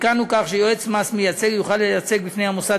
תיקנו כך שיועץ מס מייצג יוכל לייצג בפני המוסד